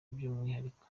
by’umwihariko